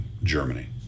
Germany